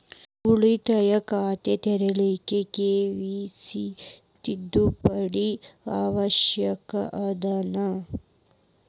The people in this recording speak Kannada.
ಉಳಿತಾಯ ಖಾತೆ ತೆರಿಲಿಕ್ಕೆ ಕೆ.ವೈ.ಸಿ ತಿದ್ದುಪಡಿ ಅವಶ್ಯ ಅದನಾ?